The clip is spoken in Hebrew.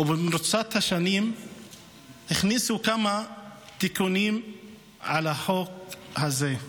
ובמרוצת השנים הכניסו כמה תיקונים לחוק הזה.